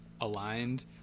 aligned